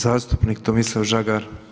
Zastupnik Tomislav Žagar.